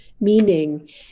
meaning